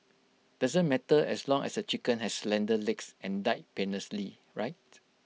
doesn't matter as long as the chicken has slender legs and died painlessly right